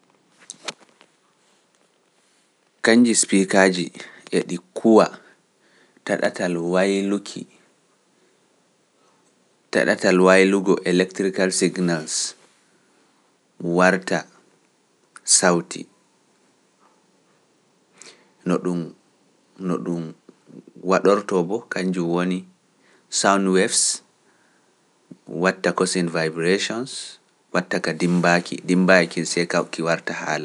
Kannji sipiikaaji e ɗi kuwa ta ɗatal wayluki, ta ɗatal waylugo electrical signals warta sawti no ɗum - no ɗum waɗortoo boo kannjum woni soundwebs watta causing vibrations, watta ka dimmbaaki, dimmbaki kin sey ka- ki warta haala.